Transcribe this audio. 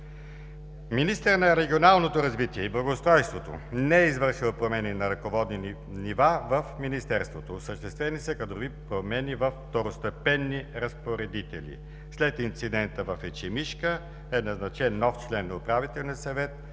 Министърът на регионалното развитие и благоустройството не е извършил промени на ръководни нива в Министерството. Осъществени са кадрови промени във второстепенни разпоредители. След инцидента в „Ечемишка“ е назначен нов член на управителния съвет